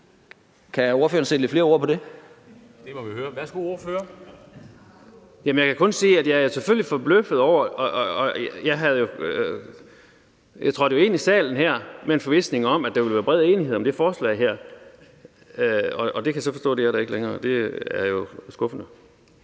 Dam Kristensen): Værsgo, ordfører. Kl. 11:07 Per Larsen (KF): Jeg kan kun sige, at jeg selvfølgelig er forbløffet over det. Jeg trådte jo ind i salen her med en forvisning om, at der ville være bred enighed om det her forslag. Og det kan jeg så forstå at der ikke længere er, og det er jo skuffende.